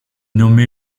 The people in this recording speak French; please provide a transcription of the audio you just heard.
nommé